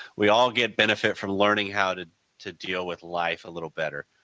we all get benefit from learning how to to deal with life a little better.